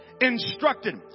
instructed